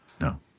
no